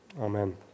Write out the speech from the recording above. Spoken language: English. Amen